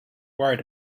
worried